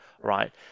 right